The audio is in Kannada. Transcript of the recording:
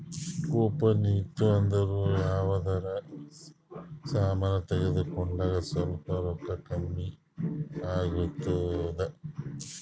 ಕೂಪನ್ ಇತ್ತು ಅಂದುರ್ ಯಾವ್ದರೆ ಸಮಾನ್ ತಗೊಂಡಾಗ್ ಸ್ವಲ್ಪ್ ರೋಕ್ಕಾ ಕಮ್ಮಿ ಆತ್ತುದ್